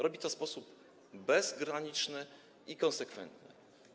Robi to w sposób bezgraniczny i konsekwentny.